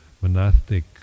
monastic